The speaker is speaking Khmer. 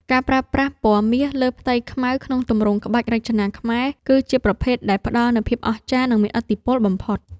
ការប្រើប្រាស់ ពណ៌មាសលើផ្ទៃខ្មៅ ក្នុងទម្រង់ក្បាច់រចនាខ្មែរ គឺជាប្រភេទដែលផ្ដល់នូវភាពអស្ចារ្យ និងមានឥទ្ធិពលបំផុត។